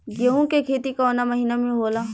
गेहूँ के खेती कवना महीना में होला?